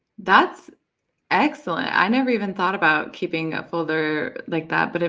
that's excellent. i never even thought about keeping a folder like that. but